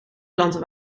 planten